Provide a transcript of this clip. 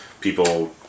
people